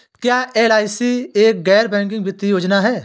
क्या एल.आई.सी एक गैर बैंकिंग वित्तीय योजना है?